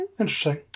interesting